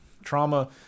Trauma